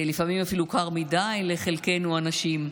לפעמים אפילו קר מדי לחלקנו הנשים.